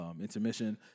intermission